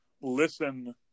listen